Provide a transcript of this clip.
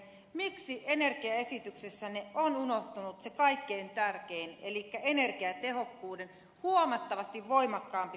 miksi energiaesityksessänne on unohtunut se kaikkein tärkein elikkä huomattavasti voimakkaampi panostaminen energiatehokkuuteen